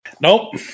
Nope